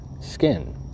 Skin